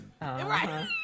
Right